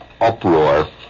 uproar